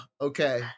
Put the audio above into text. okay